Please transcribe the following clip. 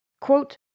Quote